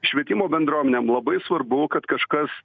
švietimo bendruomenėm labai svarbu kad kažkas